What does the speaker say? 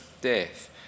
death